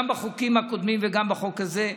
גם בחוקים הקודמים וגם בחוק הזה.